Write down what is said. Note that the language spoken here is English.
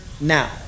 now